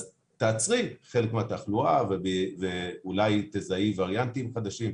אז תעצרי חלק מהתחלואה ואולי תזהי וריאנטים חדשים.